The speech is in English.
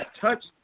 touch